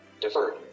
Deferred